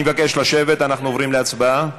אני מבקש לשבת, אנחנו עוברים להצבעה.